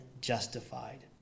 justified